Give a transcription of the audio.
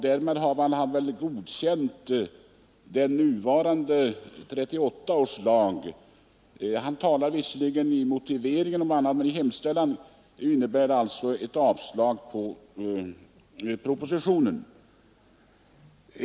Därmed har han väl godkänt den nuvarande lagen av år 1938.